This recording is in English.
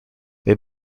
they